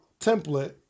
template